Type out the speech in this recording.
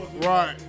Right